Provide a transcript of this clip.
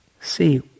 see